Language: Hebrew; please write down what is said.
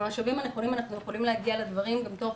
עם המשאבים הנכונים אנחנו יכולים להגיע לדברים גם תוך